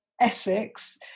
Essex